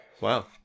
Wow